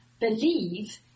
Believe